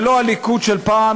זה לא הליכוד של פעם.